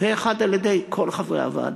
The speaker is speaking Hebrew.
על-ידי כל חברי הוועדה.